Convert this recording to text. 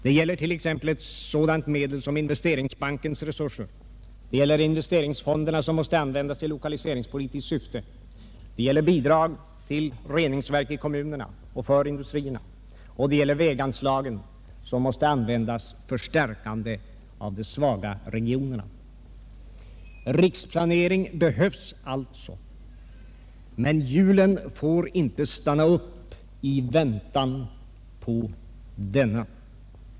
Det gäller t.ex. ett sådant medel som Investeringsbankens resurser, det gäller investeringsfonderna som måste användas i lokaliseringspolitiskt syfte, det gäller bidrag till reningsverk i kommunerna och för industrierna, och det gäller väganslagen som måste användas för stärkande av de svaga regionerna. Riksplancring behövs alltså, men hjulen fär inte stanna upp i väntan på denna.